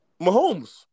Mahomes